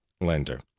lender